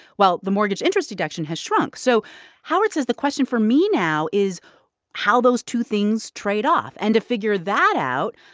while the mortgage interest deduction has shrunk. so howard says the question for me now is how those two things trade off. and to figure that out,